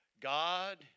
God